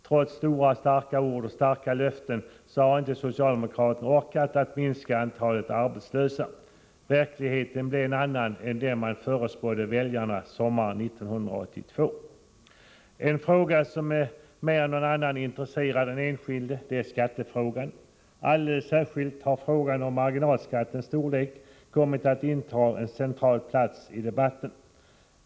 Trots stora ord och starka löften har inte socialdemokraterna orkat minska antalet arbetslösa. Verkligheten blev en annan än den man förutspådde väljarna sommaren 1982. En fråga som mer än någon annan intresserar den enskilde är skattefrågan. Alldeles särskilt har frågan om marginalskattens storlek kommit att inta en central plats i debatten.